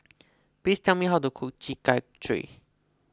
please tell me how to cook Chi Kak Kuih